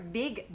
big